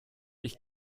ich